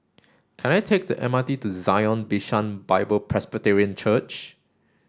can I take the M R T to Zion Bishan Bible Presbyterian Church